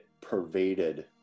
pervaded